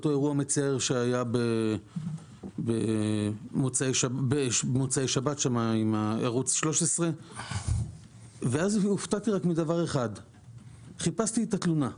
אותו אירוע מצער שהיה במוצ"ש עם ערוץ 13. הופתעתי רק מדבר אחד - חיפשתי את התלונה.